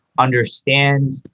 understand